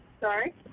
Sorry